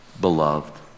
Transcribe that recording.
Beloved